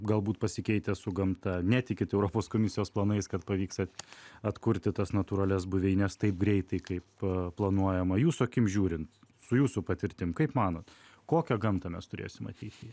galbūt pasikeitęs su gamta netikit europos komisijos planais kad pavyks at atkurti tas natūralias buveines taip greitai kaip planuojama jūsų akim žiūrint su jūsų patirtim kaip manot kokią gamtą mes turėsim ateity